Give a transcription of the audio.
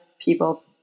people